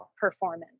performance